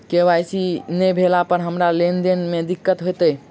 KYC नै भेला पर हमरा लेन देन मे दिक्कत होइत?